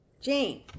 Jane